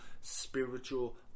spiritual